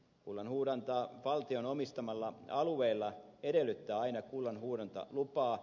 kullanhuuhdonta valtion omistamalla alueella edellyttää aina kullanhuuhdontalupaa